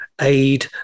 aid